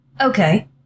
Okay